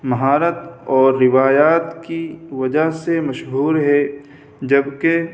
مہارت اور روایات کی وجہ سے مشہور ہے جب کہ